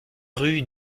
rue